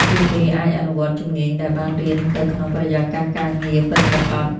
ពួកគេអាចអនុវត្តជំនាញដែលបានរៀនទៅក្នុងបរិយាកាសការងារពិតប្រាកដ។